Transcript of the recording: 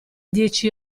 dieci